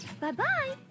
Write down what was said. bye-bye